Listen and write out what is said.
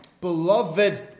Beloved